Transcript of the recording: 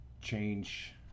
change